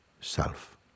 Self